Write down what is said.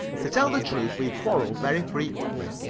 to tell the truth, we quarrelled very frequently.